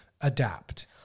adapt